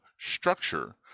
structure